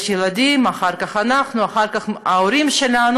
יש ילדים, אחר כך אנחנו, אחר כך ההורים שלנו.